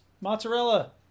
Mozzarella